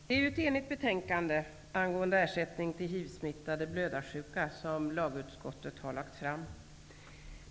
Herr talman! Det är ett enigt betänkande angående ersättning till hivsmittade blödarsjuka som lagutskottet har lagt fram.